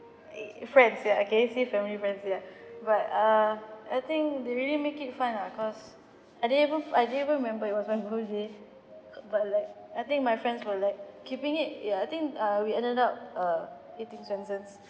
eh friends ya okay say family friends ya but uh I think they really make it fun lah cause I didn't even I didn't even remember it was my birthday but like I think my friends were like keeping it ya I think uh we ended up uh eating Swensen's